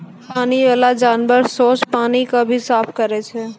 पानी बाला जानवर सोस पानी के भी साफ करै छै